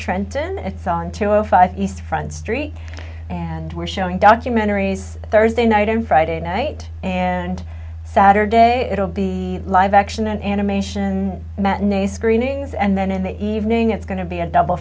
trenton and it's on to a five east front street and we're showing documentaries thursday night and friday night and saturday it will be live action and animation matinee screenings and then in the evening it's going to be a double